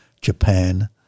japan